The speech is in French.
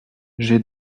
j’ai